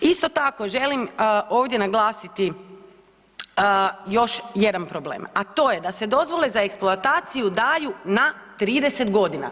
Isto tako, želim ovdje naglasiti još jedan problem, a to je da se dozvole za eksploataciju daju na 30 godina.